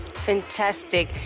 fantastic